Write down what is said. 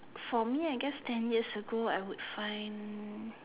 for me I guess ten years ago I would find